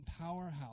powerhouse